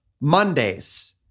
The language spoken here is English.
Mondays